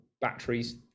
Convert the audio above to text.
batteries